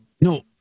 No